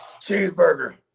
Cheeseburger